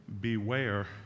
beware